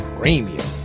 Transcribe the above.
premium